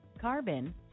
carbon